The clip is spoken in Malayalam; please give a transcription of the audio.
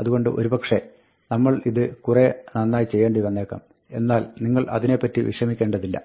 അതുകൊണ്ട് ഒരുപക്ഷെ നമ്മൾ ഇത് കുറെ നന്നായി ചെയ്യേണ്ടി വന്നേക്കാം എന്നാൽ നിങ്ങൾ അതിനെപ്പറ്റി വിഷമിക്കേണ്ടതില്ല